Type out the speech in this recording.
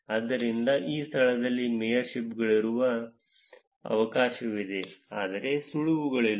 ಆದ್ದರಿಂದ ಆ ಸ್ಥಳದಲ್ಲಿ ಮೇಯರ್ಶಿಪ್ಗಳಿರುವ ಅವಕಾಶವಿದೆ ಆದರೆ ಸುಳಿವುಗಳಿಲ್ಲ